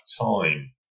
time